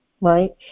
right